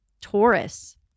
Taurus